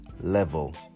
level